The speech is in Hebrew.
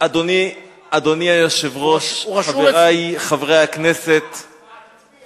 אדוני היושב-ראש, חברי חברי הכנסת, הוא רשום אצלי.